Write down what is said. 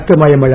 ശക്തമായ മഴ